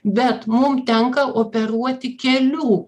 bet mum tenka operuoti kelių